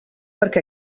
perquè